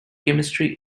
chemistry